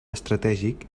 estratègic